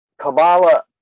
Kabbalah